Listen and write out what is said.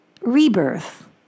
rebirth